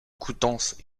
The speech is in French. coutances